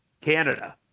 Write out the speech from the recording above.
Canada